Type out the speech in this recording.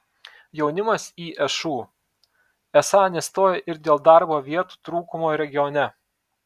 jaunimas į šu esą nestoja ir dėl darbo vietų trūkumo regione